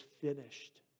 finished